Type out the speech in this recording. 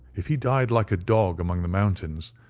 if he died like a dog among the mountains,